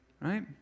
Right